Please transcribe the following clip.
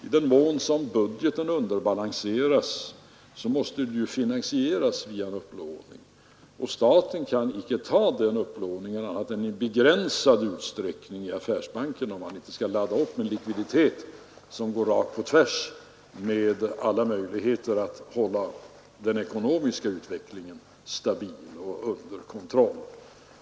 I den mån som budgeten underbalanseras måste detta finansieras via upplåning. Staten kan dock inte annat än i begränsad utsträckning placera denna upplåning i affärsbankerna. Annars skulle dessa få ladda upp med en likviditet, som går rakt på tvärs mot alla strävanden att hålla den ekonomiska utvecklingen stabil och under kontroll.